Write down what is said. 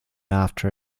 after